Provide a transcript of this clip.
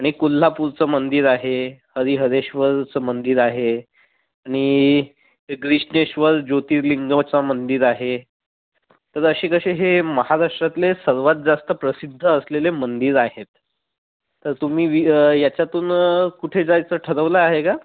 आणि कोल्हापूरचं मंदिर आहे हरिहरेश्वरचं मंदिर आहे आणि ग्रीष्णेश्वर ज्योतिर्लिंगचं मंदिर आहे तर असे कसे हे महाराष्ट्रातले सर्वात जास्त प्रसिद्ध असलेले मंदिर आहेत तर तुम्ही वी ह्याच्यातून कुठे जायचं ठरवलं आहे का